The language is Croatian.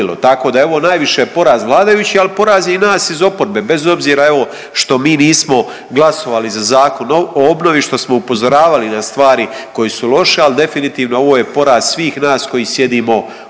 Tako da je ovo najviše poraz vladajućih, ali poraz je i nas iz oporbe, bez obzira, evo, što mi nismo glasovali za Zakon o obnovi, što smo upozoravali na stvari koje su loše, ali definitivno ovo je poraz svih nas koji sjedimo u ovom